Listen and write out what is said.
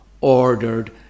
ordered